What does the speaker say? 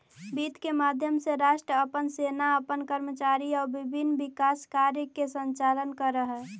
वित्त के माध्यम से राष्ट्र अपन सेना अपन कर्मचारी आउ विभिन्न विकास कार्य के संचालन करऽ हइ